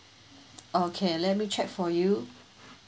okay let me check for you